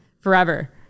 forever